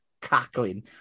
cackling